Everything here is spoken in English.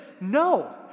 No